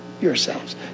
yourselves